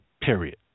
period